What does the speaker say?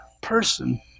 person